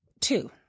Two